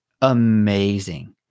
amazing